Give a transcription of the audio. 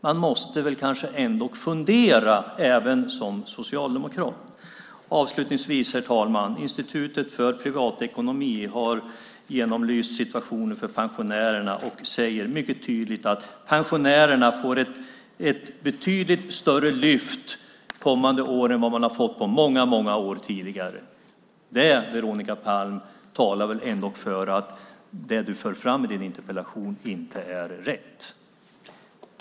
Man måste kanske ändå fundera även som socialdemokrat. Herr talman! Institutet för Privatekonomi har genomlyst situationen för pensionärerna och säger mycket tydligt att pensionärerna får ett betydligt större lyft kommande år än vad de har fått på många år. Det, Veronica Palm, talar väl ändå för att det som du för fram i din interpellation inte är rätt?